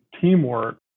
teamwork